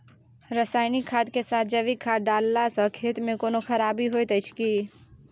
रसायनिक खाद के साथ जैविक खाद डालला सॅ खेत मे कोनो खराबी होयत अछि कीट?